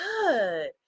Good